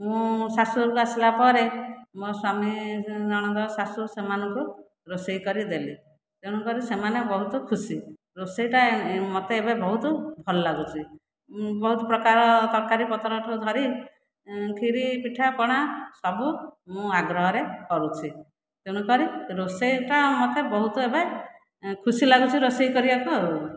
ମୁଁ ଶାଶୁଘରକୁ ଆସିଲା ପରେ ମୋ' ସ୍ଵାମୀ ନଣନ୍ଦ ଶାଶୁ ସେମାନଙ୍କୁ ରୋଷେଇ କରିଦେଲି ତେଣୁକରି ସେମାନେ ବହୁତ ଖୁସି ରୋଷେଇଟା ମୋତେ ଏବେ ବହୁତ ଭଲ ଲାଗୁଛି ବହୁତ ପ୍ରକାର ତରକାରୀପତ୍ରଠୁ ଧରି କ୍ଷୀରି ପିଠାପଣା ସବୁ ମୁଁ ଆଗ୍ରହରେ କରୁଛି ତେଣୁକରି ରୋଷେଇଟା ମୋତେ ବହୁତୁ ଏବେ ଖୁସି ଲାଗୁଛି ରୋଷେଇ କରିବାକୁ ଆଉ